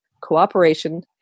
cooperation